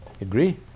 Agree